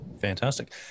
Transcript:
Fantastic